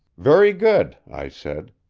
very good, i said.